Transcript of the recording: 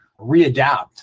readapt